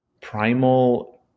primal